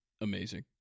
amazing